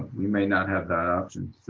we may not have that option.